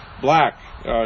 black